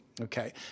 Okay